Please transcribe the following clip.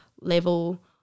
level